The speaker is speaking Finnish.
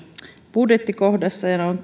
budjettikohdasta sitä on